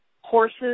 Horses